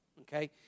okay